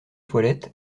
toilettes